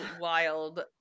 wild